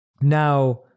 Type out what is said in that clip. Now